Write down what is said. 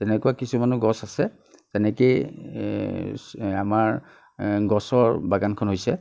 তেনেকুৱা কিছুমানো গছ আছে তেনেকৈয়ে আমাৰ গছৰ বাগানখন হৈছে